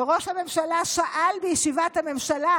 וראש הממשלה שאל בישיבת הממשלה,